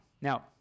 Now